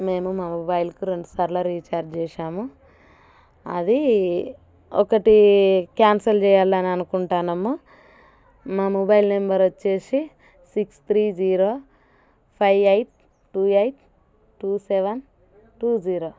మేము మా మొబైల్కి రెండు సార్ల రీఛార్జ్ చేశాము అది ఒకటి క్యాన్సిల్ చెయ్యాలనుకుంటున్నాము మా మొబైల్ నెంబర్ వచ్చేసి six three zero five eight two eight two seven two zero